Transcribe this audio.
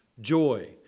Joy